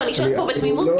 אני שואלת בתמימות.